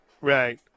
Right